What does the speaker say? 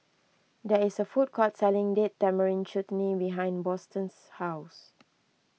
there is a food court selling Date Tamarind Chutney behind Boston's house